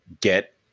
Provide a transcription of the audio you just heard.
get